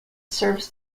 serves